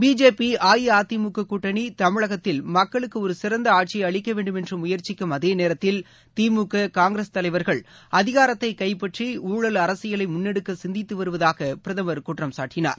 BJP AIADMK கூட்டணி தமிழகத்தில் மக்களுக்கு ஒரு சிறந்த ஆட்சியை அளிக்க வேண்டும் என்று முயற்சிக்கும் அதே நேரத்தில் திமுக காங்கிரஸ் தலைவர்கள் அதிகாரத்தை கைப்பற்றி ஊழல் அரசியலை முன்னெடுக்க சிந்தித்து வருவதாக பிரதமர் குற்றம்சாட்டினார்